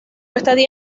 estadía